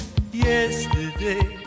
Yesterday